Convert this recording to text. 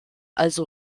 also